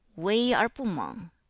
wei, er bu meng.